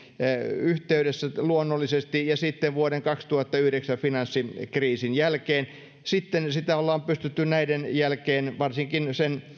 yhteydessä luonnollisesti ja sitten vuoden kaksituhattayhdeksän finanssikriisin jälkeen sitten tilannetta ollaan pystytty näiden jälkeen varsinkin